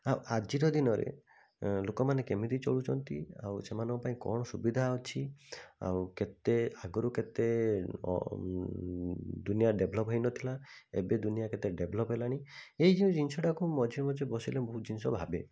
ଆଉ ଆଜିର ଦିନରେ ଲୋକମାନେ କେମିତି ଚଳୁଛନ୍ତି ଆଉ ସେମାନଙ୍କ ପାଇଁ କ'ଣ ସୁବିଧା ଅଛି ଆଉ କେତେ ଆଗରୁ କେତେ ଦୁନିଆ ଡେଭ୍ଲପ୍ ହୋଇନଥିଲା ଏବେ ଦୁନିଆ କେତେ ଡେଭ୍ଲପ୍ ହେଲାଣି ଏହି ଯେଉଁ ଜିନିଷଟାକୁ ମଝିରେ ମଝିରେ ବସିଲେ ବହୁତ ଜିନିଷ ଭାବେ